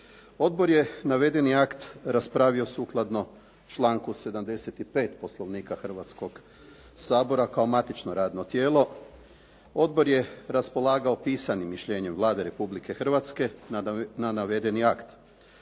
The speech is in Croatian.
Odbor je navedeni akt raspravio sukladno članku 75. Poslovnika Hrvatskoga sabora kao matično radno tijelo. Odbor je raspolagao pisanim mišljenjem Vlade Republike Hrvatske na navedeni akt.